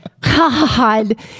God